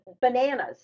bananas